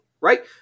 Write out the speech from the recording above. right